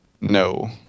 No